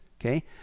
Okay